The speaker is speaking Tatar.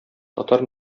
татар